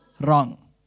Wrong